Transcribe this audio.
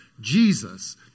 Jesus